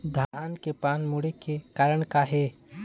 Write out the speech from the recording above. धान के पान मुड़े के कारण का हे?